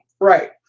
Right